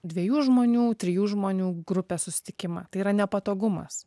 dviejų žmonių trijų žmonių grupės susitikimą tai yra nepatogumas